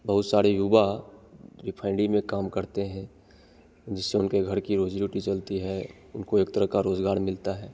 बहुत सारे युवा रिफ़ाईनरी में काम करते हैं जिससे उनके घर की रोज़ी रोटी चलती है उनकों एक तरह का रोज़गार मिलता है